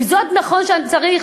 עם זאת, נכון שצריך